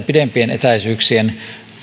pidempien etäisyyksien